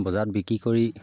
বজাৰত বিক্ৰী কৰি